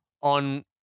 on